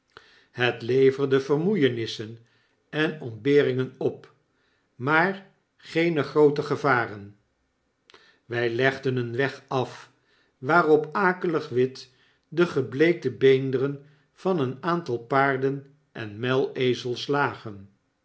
het leverde vermoeienissen en ontberingen op maar geene groote gevaren wy legdeneen weg af waarop akelig wit de gebleektebeenderen van een aantal paarden enmuilezelslagen en waarlangs menige lage